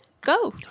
go